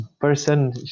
Person